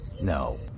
No